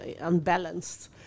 unbalanced